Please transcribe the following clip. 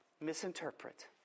misinterpret